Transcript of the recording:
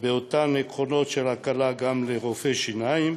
באותם עקרונות של הקלה, גם לרופאי שיניים,